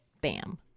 Bam